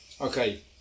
okay